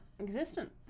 existent